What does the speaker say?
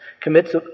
commits